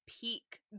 peak